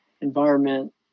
environment